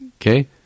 Okay